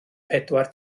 pedwar